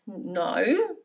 No